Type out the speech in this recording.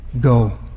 Go